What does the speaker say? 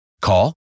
Call